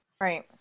right